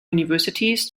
universities